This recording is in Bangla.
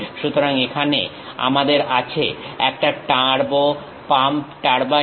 সুতরাং এখানে আমাদের আছে একটা টার্বো পাম্প টারবাইন